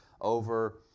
over